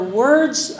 words